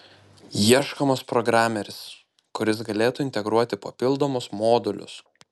ieškomas programeris kuris galėtų integruoti papildomus modulius